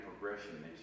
progression